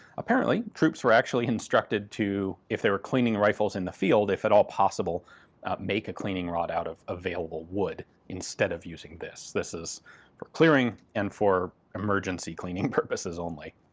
apparently troops were actually instructed to, if they were cleaning rifles in the field, if at all possible make a cleaning rod out of available wood instead of using this. this is for clearing and for emergency cleaning purposes only.